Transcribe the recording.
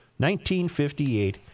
1958